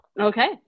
Okay